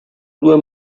due